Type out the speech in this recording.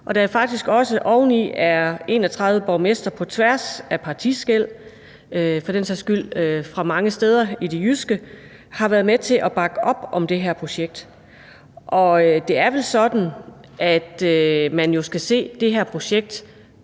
Der er faktisk også 31 borgmestre på tværs af partiskel og fra mange steder i det jyske, der har været med til at bakke op om det her projekt. Og det er vel sådan, at man skal se det her projekt